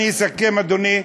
אני אסכם, אדוני.